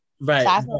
Right